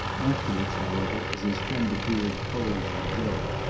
after which, however, as his friend appeared cold to the joke,